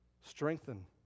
Strengthen